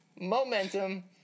momentum